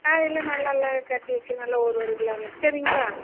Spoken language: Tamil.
காயெல்லாம் நல்லா எல்லாம் கட்டி வச்சுருங்க எல்லாம் ஒரு ஒரு கிலோங்க சரிங்களா